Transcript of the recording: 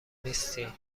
نیستین